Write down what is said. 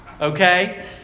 Okay